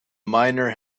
miner